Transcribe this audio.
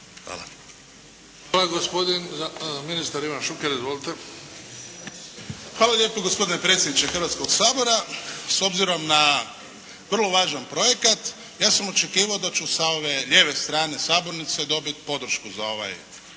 Hvala. Gospodin ministar Ivan Šuker. Izvolite. **Šuker, Ivan (HDZ)** Hvala lijepo. Gospodine predsjedniče Hrvatskoga sabora. S obzirom na vrlo važan projekat ja sam očekivao da ću sa ove lijeve strane sabornice dobiti podršku za ovaj